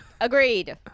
Agreed